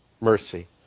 mercy